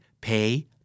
pay